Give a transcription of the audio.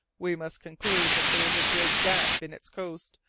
we must conclude that there is a great gap in its coast,